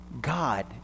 God